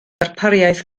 darpariaeth